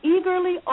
eagerly